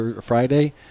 Friday